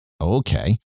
okay